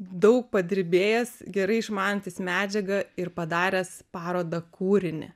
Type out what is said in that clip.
daug padirbėjęs gerai išmanantis medžiagą ir padaręs parodą kūrinį